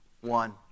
One